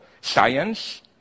science